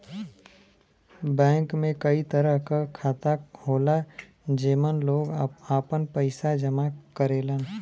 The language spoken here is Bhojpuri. बैंक में कई तरह क खाता होला जेमन लोग आपन पइसा जमा करेलन